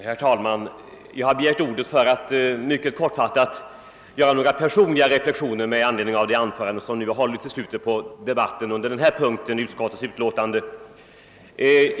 Herr talman! Jag har begärt ordet för att mycket kortfattat göra några personliga reflexioner med anledning av de anföranden som har hållits i slutet på debatten under denna punkt i utlåtandet.